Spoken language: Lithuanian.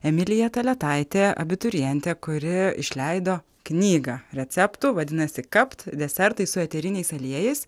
emilija taletaitė abiturientė kuri išleido knygą receptų vadinasi kapt desertai su eteriniais aliejais